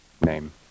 name